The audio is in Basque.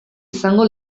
izango